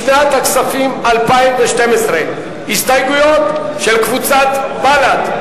הכספים 2012. הסתייגויות של קבוצת בל"ד,